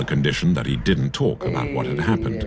the condition that he didn't talk about what had happened